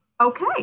okay